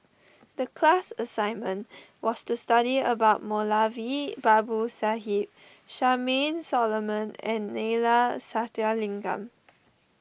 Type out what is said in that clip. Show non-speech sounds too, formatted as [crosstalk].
the class assignment was to study about Moulavi [noise] Babu Sahib Charmaine Solomon and Neila Sathyalingam